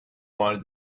wanted